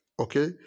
Okay